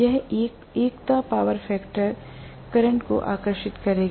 यह एक एकता पावर फैक्टर करंट को आकर्षित करेगा